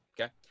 okay